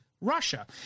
Russia